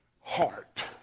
heart